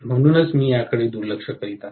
म्हणूनच मी याकडे दुर्लक्ष करीत आहे